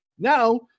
Now